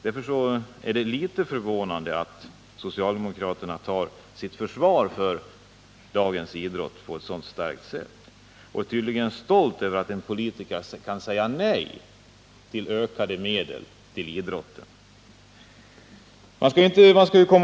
Det är därför litet förvånande att socialdemokraterna så starkt försvarar dagens idrott och tydligen är stolta över att en politiker kan säga nej till mera medel till idrotten.